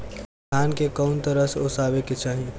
धान के कउन तरह से ओसावे के चाही?